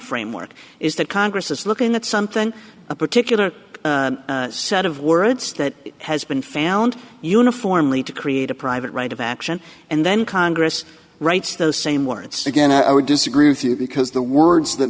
framework is that congress is looking at something a particular set of words that has been found uniformly to create a private right of action and then congress writes those same words again i would disagree with you because the words that